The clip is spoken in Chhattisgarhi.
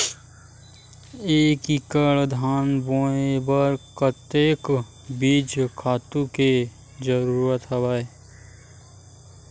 एक एकड़ धान बोय बर कतका बीज खातु के जरूरत हवय?